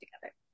together